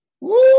Woo